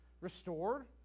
restored